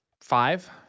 Five